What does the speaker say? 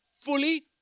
fully